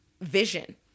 vision